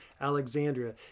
Alexandria